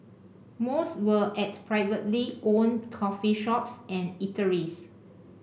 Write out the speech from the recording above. most were at privately owned coffee shops and eateries